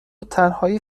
تنهایی